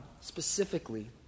specifically